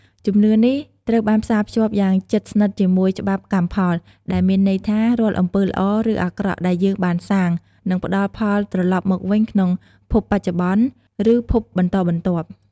ជំនឿនេះត្រូវបានផ្សារភ្ជាប់យ៉ាងជិតស្និទ្ធជាមួយ ច្បាប់កម្មផល ដែលមានន័យថា រាល់អំពើល្អ ឬអាក្រក់ដែលយើងបានសាង នឹងផ្ដល់ផលត្រឡប់មកវិញក្នុងភពបច្ចុប្បន្ន ឬភពបន្តបន្ទាប់។